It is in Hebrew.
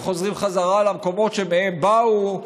הם חוזרים חזרה למקומות שמהם באו,